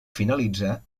finalitzar